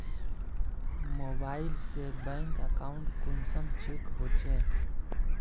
Mobile से bank account कुंसम check होचे?